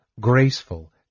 graceful